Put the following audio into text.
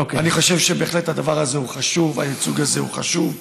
אני חושב שבהחלט הדבר הזה הוא חשוב והייצוג הזה הוא חשוב.